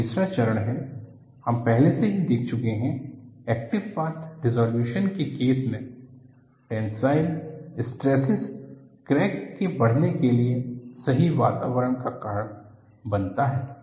और तीसरा चरण है हम पहले से ही देख चुके हैं एक्टिव पाथ डिस्सॉलयूश्न के केस में टेन्साइल स्ट्रेसेस क्रैक के बढ़ने के लिए सही वातावरण का कारण बनता है